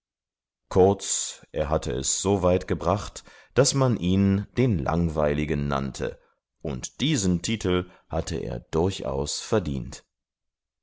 kurz er hatte es so weit gebracht daß man ihn den langweiligen nannte und diesen titel hatte er durchaus verdient